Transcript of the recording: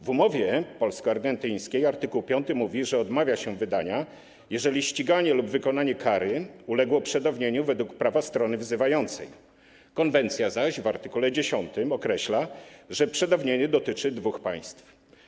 W umowie polsko-argentyńskiej art. 5 mówi, że odmawia się wydania, jeżeli ściganie lub wykonanie kary uległo przedawnieniu według prawa strony wzywającej, konwencja zaś w art. 10 określa, że przedawnienie dotyczy dwóch państw.